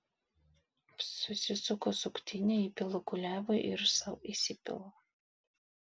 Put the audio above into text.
susisuku suktinę įpilu kuliavui ir sau įsipilu